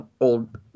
old